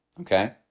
Okay